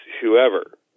whoever